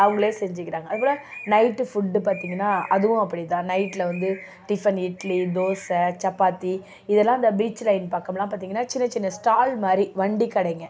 அவங்களே செஞ்சுக்கிறாங்க அது போல் நைட்டு ஃபுட்டு பார்த்தீங்கன்னா அதுவும் அப்படி தான் நைட்டில் வந்து டிஃபன் இட்லி தோசை சப்பாத்தி இதெல்லாம் இந்த பீச் லைன் பக்கம்லாம் பார்த்தீங்கன்னா சின்னச் சின்ன ஸ்டால் மாதிரி வண்டி கடைங்க